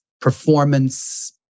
performance